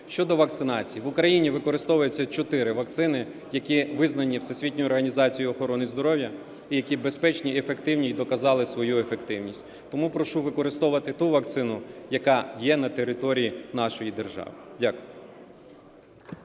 Щодо вакцинації. В Україні використовується чотири вакцини, які визнані Всесвітньою організацією охорони здоров'я і які безпечні й ефективні, і доказали свою ефективність. Тому прошу використовувати ту вакцину, яка є на території нашої держави. Дякую.